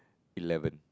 eleven